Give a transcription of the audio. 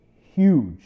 huge